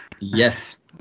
Yes